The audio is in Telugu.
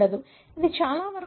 ఇది చాలావరకు ఒకేలా ఉంటుంది